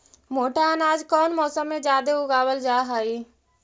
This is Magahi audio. मोटा अनाज कौन मौसम में जादे उगावल जा हई?